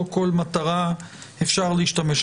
לא כל מטרה אפשר להשתמש.